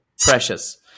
Precious